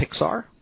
Pixar